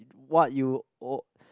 what you al~